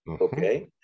okay